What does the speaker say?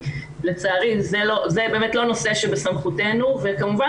לצערי זה באמת לא נושא שבסמכותנו וכמובן